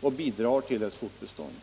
och bidrar till dess fortbestånd.